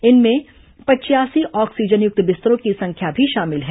इनमें पचयासी ऑक्सीजनयुक्त बिस्तरों की संख्या भी शामिल हैं